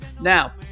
Now